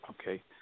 Okay